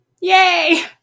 yay